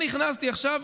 יוצא שב"כ.